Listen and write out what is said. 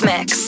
Mix